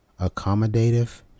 accommodative